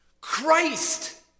Christ